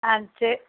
ஆ சேரி